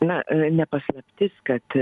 na ne paslaptis kad